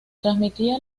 transmitía